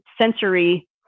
sensory